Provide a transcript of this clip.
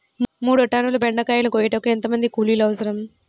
మూడు టన్నుల బెండకాయలు కోయుటకు ఎంత మంది కూలీలు అవసరం?